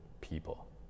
people